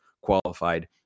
qualified